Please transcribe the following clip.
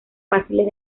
fáciles